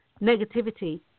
negativity